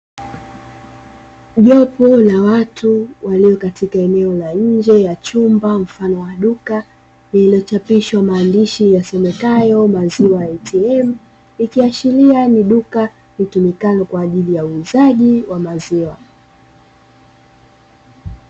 Jopo la watu waliopo katika eneo la nje ya chumba mfano wa duka, lililochapishwa maandishi yasomekayo "MAZIWA ATM". Ikiashiria ni duka linalotumika kwa ajili ya uuzaji wa bidhaa za maziwa.